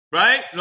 right